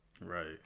Right